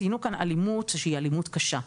ציינו כאן אלימות שהיא אלימות קשה.